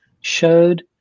showed